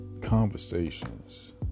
Conversations